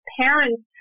parents